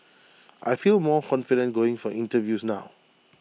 I feel more confident going for interviews now